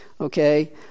okay